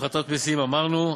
הפחתות מסים, אמרנו.